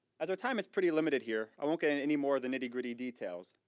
as our time is pretty limited here, i won't get into anymore of the nitty gritty details,